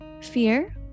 fear